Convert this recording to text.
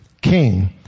king